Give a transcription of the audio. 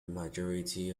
majority